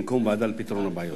במקום ועדה לפתרון הבעיות.